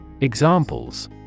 Examples